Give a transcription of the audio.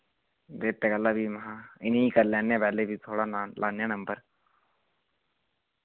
ते इत्ते गल्ला वी महां इ'नें ही करी लैने पैह्ले फ्ही थोआड़ा ना लाने आं नम्बर